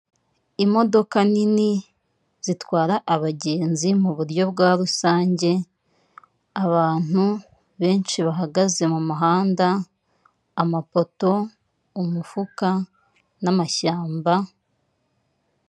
Imodoka nini zitwara abagenzi mu buryo bwa rusange, abantu benshi bahagaze mu muhanda, amapoto, umufuka n'amashyamba,...